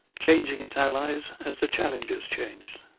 changing its allies as the challengers changed.